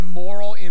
moral